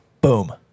Boom